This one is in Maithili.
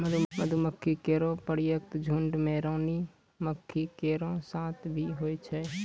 मधुमक्खी केरो प्रत्येक झुंड में रानी मक्खी केरो साथ भी होय छै